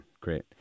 Great